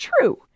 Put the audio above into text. true